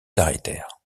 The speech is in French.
s’arrêtèrent